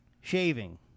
Shaving